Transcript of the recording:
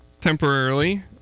Temporarily